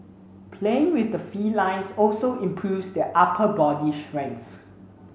playing with the felines also improves their upper body strength